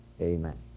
Amen